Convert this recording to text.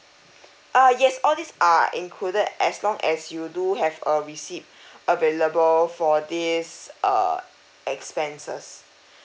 ah yes all this are included as long as you do have a receipt available for this uh expenses